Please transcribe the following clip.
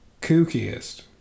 kookiest